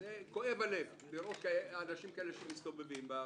כואב הלב, לראות אנשים כאלה שמסתובבים בחוץ.